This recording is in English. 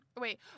Wait